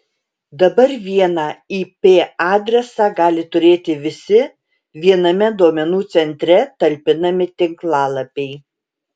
dabar vieną ip adresą gali turėti visi viename duomenų centre talpinami tinklalapiai